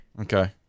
Okay